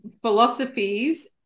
philosophies